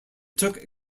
took